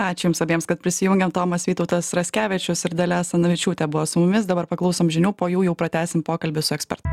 ačiū jums abiems kad prisijungėt tomas vytautas raskevičius ir dalia asanavičiūtė buvo su mumis dabar paklausom žinių po jų jau pratęsime pokalbį su ekspertu